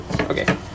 Okay